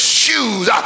shoes